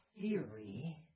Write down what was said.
theory